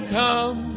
come